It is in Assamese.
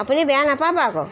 আপুনি বেয়া নাপাব আকৌ